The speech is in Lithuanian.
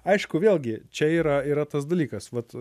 aišku vėlgi čia yra yra tas dalykas vat